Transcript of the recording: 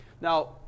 Now